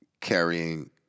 carrying